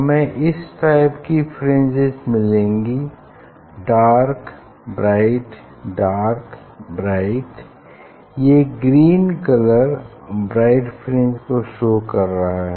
हमें इस टाइप की फ्रिंजेस मिलेंगी डार्क ब्राइट डार्क ब्राइट ये green colour bright fringe show कर रहा है